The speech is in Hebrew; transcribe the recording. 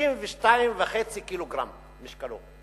62.5 קילוגרם משקלו.